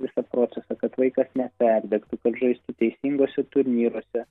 visą procesą kad vaikas neperdegtų žaistų teisinguose turnyruose